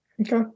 Okay